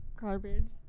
Garbage